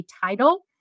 title